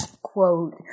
quote